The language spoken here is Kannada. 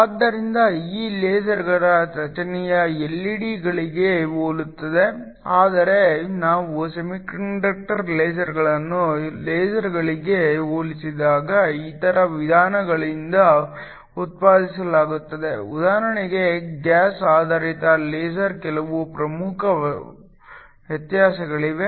ಆದ್ದರಿಂದ ಈ ಲೇಸರ್ಗಳ ರಚನೆಯು ಎಲ್ಇಡಿಗಳಿಗೆ ಹೋಲುತ್ತದೆ ಆದರೆ ನಾವು ಸೆಮಿಕಂಡಕ್ಟರ್ ಲೇಸರ್ಗಳನ್ನು ಲೇಸರ್ಗಳಿಗೆ ಹೋಲಿಸಿದಾಗ ಇತರ ವಿಧಾನಗಳಿಂದ ಉತ್ಪಾದಿಸಲಾಗುತ್ತದೆ ಉದಾಹರಣೆಗೆ ಗ್ಯಾಸ್ ಆಧಾರಿತ ಲೇಸರ್ ಕೆಲವು ಪ್ರಮುಖ ವ್ಯತ್ಯಾಸಗಳಿವೆ